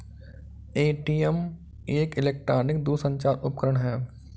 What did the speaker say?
ATM एक electronic दूरसंचार उपकरण है